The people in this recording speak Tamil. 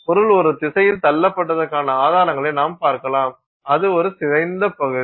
பொருள் ஒரு திசையில் தள்ளப்பட்டதற்கான ஆதாரங்களை நாம் பார்க்கலாம் அது ஒரு சிதைந்த பகுதி